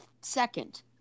second